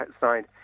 signed